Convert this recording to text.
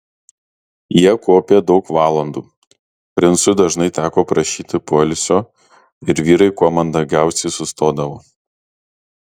jie kopė daug valandų princui dažnai teko prašyti poilsio ir vyrai kuo mandagiausiai sustodavo